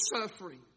suffering